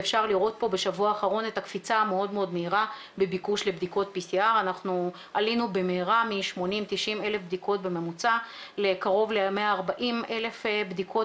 ואפשר לראות פה בשבוע האחרון את הקפיצה המאוד מהירה בביקוש לבדיקות PCR. אנחנו עלינו במהרה מ-80,000 90,000 בדיקות בממוצע לקרוב ל-140,000 בדיקות